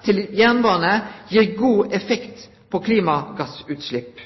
til jernbane gir god effekt på klimagassutslipp.